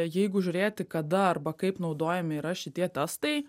jeigu žiūrėti kada arba kaip naudojami yra šitie testai